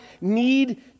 need